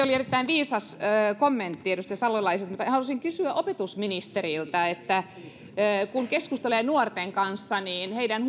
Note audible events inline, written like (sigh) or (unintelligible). (unintelligible) oli erittäin viisas kommentti edustaja salolaiselta mutta halusin kysyä opetusministeriltä kun keskustelee nuorten kanssa niin heidän (unintelligible)